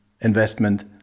investment